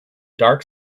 dark